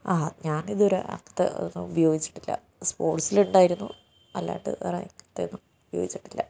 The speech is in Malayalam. ആ ഞാനിതുവരെ അങ്ങനത്തെ ഒന്നും ഉപയോഗിച്ചിട്ടില്ല സ്പോർട്സിലുണ്ടായിരുന്നു അല്ലാണ്ട് വേറെ അങ്ങനത്തെയൊന്നും ഉപയോഗിച്ചിട്ടില്ല